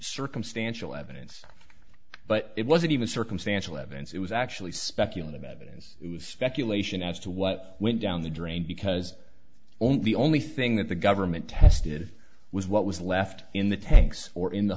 circumstantial evidence but it wasn't even circumstantial evidence it was actually speculative evidence it was speculation as to what went down the drain because only the only thing that the government tested was what was left in the tanks or in the